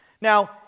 Now